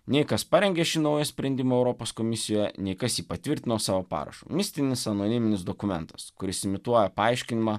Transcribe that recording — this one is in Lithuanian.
nei kas parengė šį naują sprendimą europos komisijoje nei kas jį patvirtino savo parašu mistinis anoniminis dokumentas kuris imituoja paaiškinimą